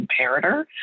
comparator